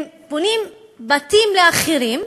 הם בונים בתים לאחרים,